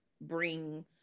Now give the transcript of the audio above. bring